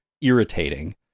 irritating